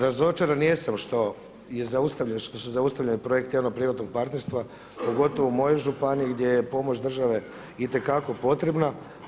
Razočaran jesam što je zaustavljen, što su zaustavljeni projekti javno-privatnog partnerstva pogotovo u mojoj županiji gdje je pomoć države itekako potrebna.